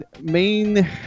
main